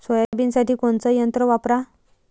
सोयाबीनसाठी कोनचं यंत्र वापरा?